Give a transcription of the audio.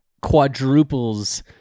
quadruples